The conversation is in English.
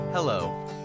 Hello